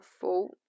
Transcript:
fault